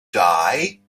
die